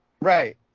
right